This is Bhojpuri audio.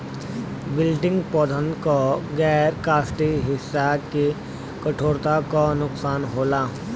विल्टिंग पौधन क गैर काष्ठीय हिस्सा के कठोरता क नुकसान होला